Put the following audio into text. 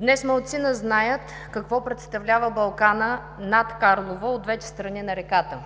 Днес малцина знаят какво представлява Балканът над Карлово от двете страни на реката.